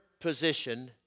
position